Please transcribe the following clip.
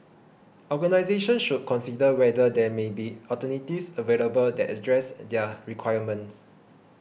organisations should consider whether there may be alternatives available that address their requirements